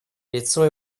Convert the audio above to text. лицо